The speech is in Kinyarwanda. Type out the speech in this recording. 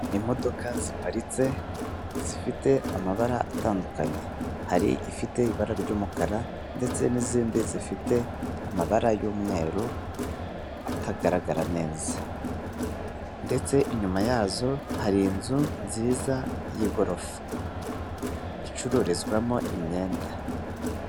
Imodoka ziparitse zifite amabara atandukanye, hari ifite ibara ry'umukara ndetse n'izindi zifite amabara y'umweru atagaragara neza ndetse inyuma yazo hari inzu nziza y'igorofa icururizwamo imyenda.